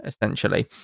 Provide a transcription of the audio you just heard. essentially